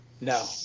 No